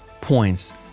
points